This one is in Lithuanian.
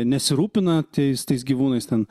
nesirūpina tais tais gyvūnais ten